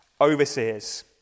overseers